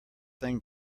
thing